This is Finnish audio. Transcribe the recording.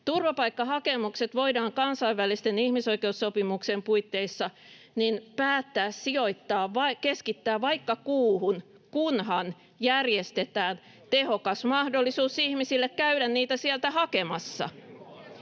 Turvapaikkahakemukset voidaan kansainvälisten ihmisoikeussopimusten puitteissa päättää keskittää vaikka kuuhun, kunhan järjestetään tehokas mahdollisuus ihmisille käydä niitä sieltä hakemassa,